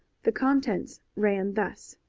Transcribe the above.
the contents ran thus